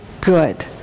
good